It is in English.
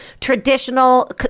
traditional